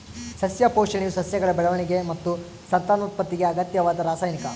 ಸಸ್ಯ ಪೋಷಣೆಯು ಸಸ್ಯಗಳ ಬೆಳವಣಿಗೆ ಮತ್ತು ಸಂತಾನೋತ್ಪತ್ತಿಗೆ ಅಗತ್ಯವಾದ ರಾಸಾಯನಿಕ